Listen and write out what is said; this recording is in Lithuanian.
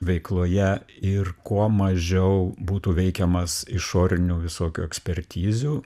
veikloje ir kuo mažiau būtų veikiamas išorinių visokių ekspertizių